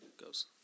goes